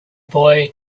boy